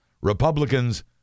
Republicans